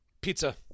pizza